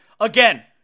again